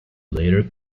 later